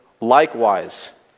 likewise